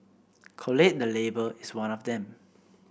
collate the Label is one of them